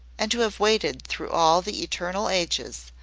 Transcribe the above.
and to have waited through all the eternal ages,